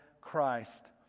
Christ